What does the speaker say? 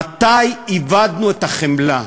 מתי איבדנו את החמלה?